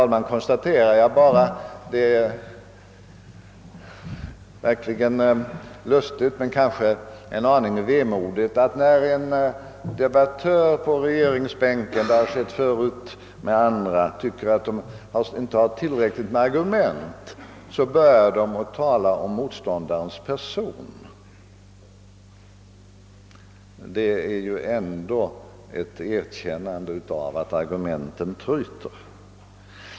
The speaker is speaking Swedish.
Vidare konstaterar jag bara — vilket förstås är lustigt men kanske en aning vemodigt — att en debattör från regeringsbänken, när han tycker att han inte har tillräckligt med argument, ofta börjar tala om motståndarens person. Även andra än herr Sträng har tidigare använt denna metod. Det är detsamma som ett erkännande av att argumenten tryter.